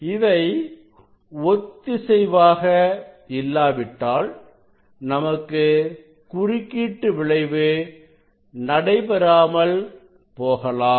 இவை ஒத்திசைவாக இல்லாவிட்டால் நமக்கு குறுக்கீட்டு விளைவு நடைபெறாமல் போகலாம்